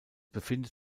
befindet